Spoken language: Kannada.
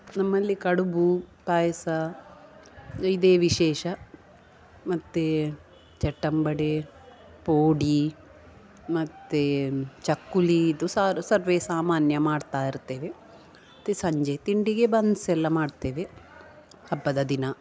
ನಮ್ಮಲ್ಲಿ ಕಡ್ಬು ಪಾಯ್ಸ ಇದೇ ವಿಶೇಷ ಮತ್ತು ಚಟ್ಟಂಬಡೆ ಪೋಡಿ ಮತ್ತು ಚಕ್ಕುಲಿ ಇದು ಸಾರು ಸರ್ವೇ ಸಾಮಾನ್ಯ ಮಾಡ್ತಾಯಿರ್ತೇವೆ ಮತ್ತು ಸಂಜೆ ತಿಂಡಿಗೆ ಬನ್ಸ್ ಎಲ್ಲ ಮಾಡ್ತೇವೆ ಹಬ್ಬದ ದಿನ